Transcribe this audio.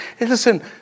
Listen